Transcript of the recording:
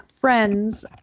friends